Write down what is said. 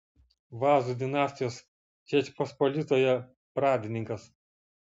vazų dinastijos žečpospolitoje pradininkas